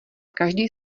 každý